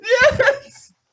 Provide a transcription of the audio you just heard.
Yes